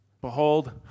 Behold